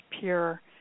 pure